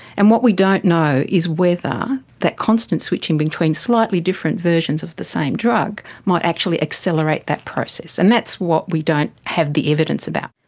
and what we don't know is whether that constant switching between slightly different versions of the same drug might actually accelerate that process, and that's what we don't have the evidence about.